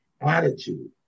attitude